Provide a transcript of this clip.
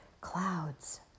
clouds